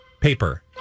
Paper